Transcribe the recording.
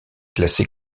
classée